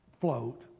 float